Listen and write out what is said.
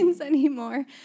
anymore